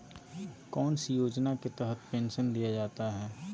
कौन सी योजना के तहत पेंसन दिया जाता है?